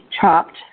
chopped